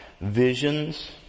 visions